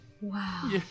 Wow